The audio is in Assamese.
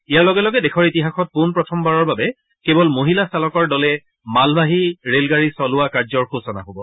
ইয়াৰ লগে লগে দেশৰ ইতিহাসত পোনপ্ৰথমবাৰৰ বাবে কেৱল মহিলা চালকৰ দলে দ্বাৰা মালবাহী ৰেলগাড়ী চলোৱা কাৰ্যৰ সূচনা হব